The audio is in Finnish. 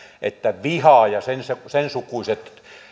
että viha ja sen sukuinen